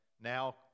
now